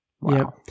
Wow